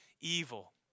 evil